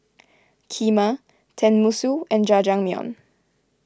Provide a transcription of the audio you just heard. Kheema Tenmusu and Jajangmyeon